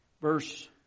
verse